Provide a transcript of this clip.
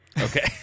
Okay